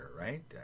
right